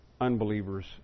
unbelievers